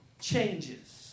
changes